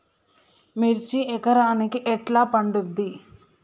మిర్చి ఎకరానికి ఎట్లా పండుద్ధి?